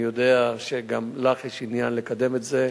אני יודע שגם לך יש עניין לקדם את זה,